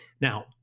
Now